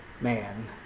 man